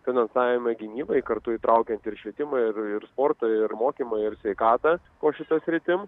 finansavimą gynybai kartu įtraukiant ir švietimą ir ir sporto ir mokymą ir sveikatą po šita sritim